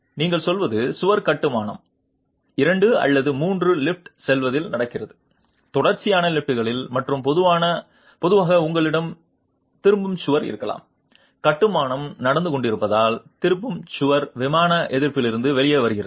நீங்கள் சொல்வது சுவர் கட்டுமானம் இரண்டு அல்லது மூன்று லிஃப்ட் சொல்வதில் நடக்கிறது தொடர்ச்சியான லிப்ட்களில் மற்றும் பொதுவாக உங்களிடம் திரும்பும் சுவர் இருக்கலாம் கட்டுமானம் நடந்து கொண்டிருப்பதால் திரும்பும் சுவர் விமான எதிர்ப்பிலிருந்து வெளியே வழங்குகிறது